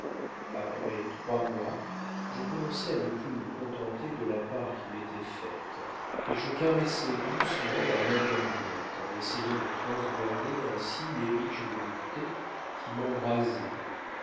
après trois mois je commençais à ne plus me contenter de la part qui m'était faite et je caressais doucement la main d'henriette en essayant de transborder ainsi les riches voluptés qui m'embrasaient